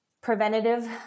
preventative